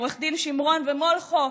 עורכי הדין שמרון ומולכו,